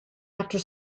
after